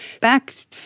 Back